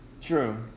True